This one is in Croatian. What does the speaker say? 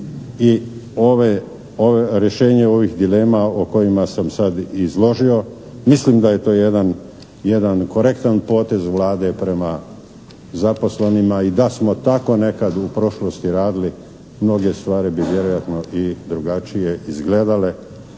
i rješenje ovih dilema o kojima sam sad izložio. Mislim da je to jedan korektan potez Vlade prema zaposlenima i da smo tako nekad u prošlosti radili mnoge stvari bi vjerojatno i drugačije izgledale